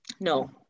No